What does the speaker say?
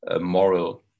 moral